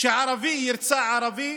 שערבי ירצח ערבי